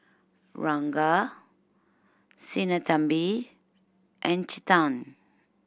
Ranga Sinnathamby and Chetan